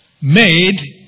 made